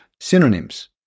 synonyms